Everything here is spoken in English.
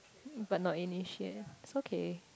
but not initiate it's okay